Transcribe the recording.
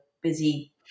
busy